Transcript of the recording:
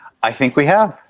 i think we have.